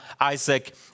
Isaac